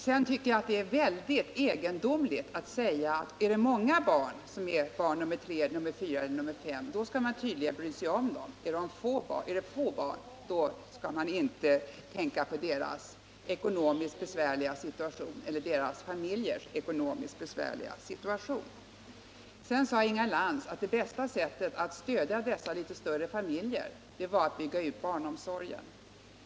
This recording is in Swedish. Jag tycker också att det är väldigt egendomligt att säga att om det handlar om många barn som är barn nr 3, 4 eller Si en familj, då skall man bry sig om dem, men handlar det om få barn, då skall man inte tänka på deras familjers ekonomiskt besvärliga situation. Inga Lantz sade också att det bästa sättet att stödja dessa litet större familjer var att bygga ut barnomsorgen.